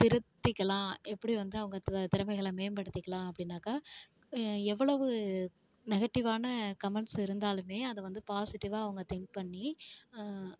திருத்திக்கலாம் எப்படி வந்து அவங்க திறமைகளை மேம்படுத்திக்கலாம் அப்படின்னாக்கா எவ்வளவு நெகட்டிவ்வான கமென்ட்ஸ் இருந்தாலுமே அதை வந்து பாசிட்டிவ்வாக அவங்க திங்க் பண்ணி